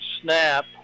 snap